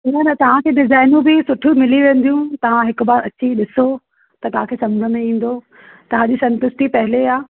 इन लाइ तव्हांखे डिजाइनियूं बि सुठियूं मिली वेंदियूं तव्हां हिकु बार अची ॾिसो त तव्हांखे सम्झि में ईंदो तव्हांजी संतुष्टी पहिरीं आहे